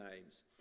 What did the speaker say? names